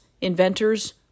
inventors